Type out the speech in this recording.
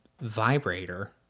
vibrator